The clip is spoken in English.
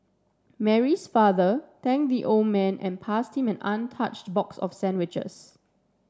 Mary's father thanked the old man and passed him an untouched box of sandwiches